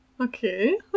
Okay